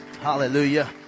Hallelujah